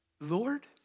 Lord